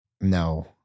No